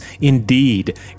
indeed